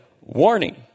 warning